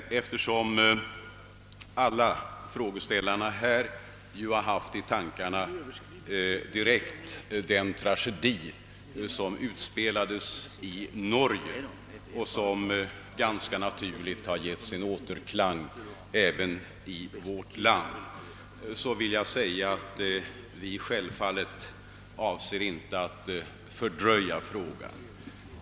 Men eftersom alla frågeställarna direkt har haft i tankarna den tragedi som utspelades i Norge och som ganska naturligt har givit återklang även i vårt land, vill jag säga att vi självfallet inte avser att fördröja ärendet.